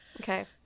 Okay